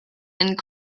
and